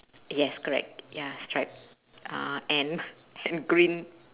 yes correct ya stripe uh and and green